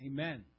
Amen